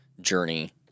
journey